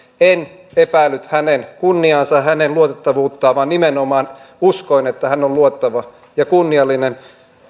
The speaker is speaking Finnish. en epäillyt hänen kunniaansa hänen luotettavuuttaan vaan nimenomaan uskoin että hän on luotettava ja kunniallinen